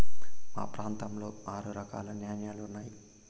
మా ప్రాంతంలో ఆరు రకాల న్యాలలు ఉన్నాయి